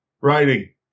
Writing